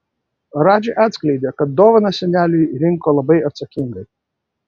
radži atskleidė kad dovaną seneliui rinko labai atsakingai